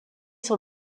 son